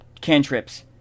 cantrips